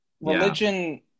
religion